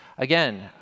Again